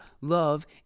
love